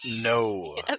No